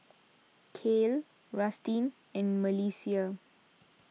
Kael Rustin and Melissia